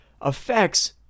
affects